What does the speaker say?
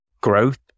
growth